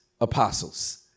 apostles